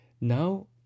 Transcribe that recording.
now